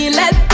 let